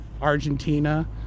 Argentina